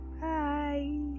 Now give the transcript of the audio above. Bye